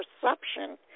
perception